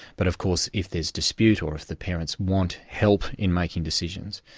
but of course if there's dispute, or if the parents want help in making decisions,